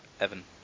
Evan